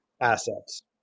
assets